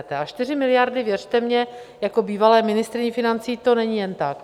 A 4 miliardy, věřte mně, jako bývalé ministryni financí, to není jen tak.